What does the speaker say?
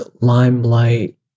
limelight